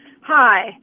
Hi